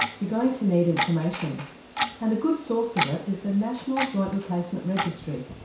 you're going to need information and a good source of it is the national joint replacement registry.